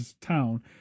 town